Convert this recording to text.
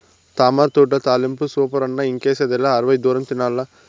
తామరతూడ్ల తాలింపు సూపరన్న ఇంకేసిదిలా అరవై దూరం తినాల్ల